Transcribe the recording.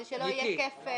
כדי שלא יהיה כפל.